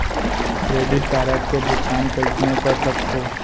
Credit card के भुगतान कईसने कर सकथो?